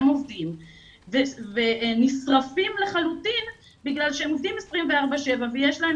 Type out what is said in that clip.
הם עובדים ונשרפים לחלוטין בגלל שהם עובדים 24/7 ויש להם